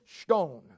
stone